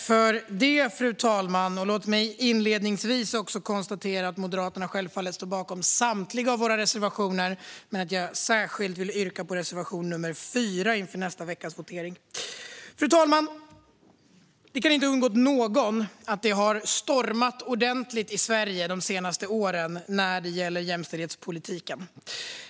Fru talman! Låt mig inledningsvis konstatera att Moderaterna självfallet står bakom samtliga våra reservationer men att jag särskilt vill yrka bifall till reservation nr 4 inför nästa veckas votering. Fru talman! Det kan inte ha undgått någon att det har stormat ordentligt i Sverige de senaste åren när det gäller jämställdhetspolitiken.